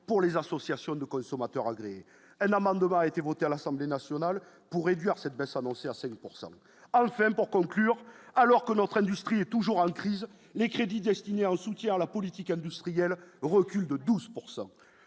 pour les associations de consommateurs agréées El-Hammam demain, a été votée à l'Assemblée nationale pour réduire cette baisse annoncée à 7 pourcent Halphen pour conclure alors que notre industrie est toujours en crise, les crédits destinés au soutien à la politique industrielle recule de 12